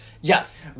Yes